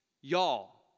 y'all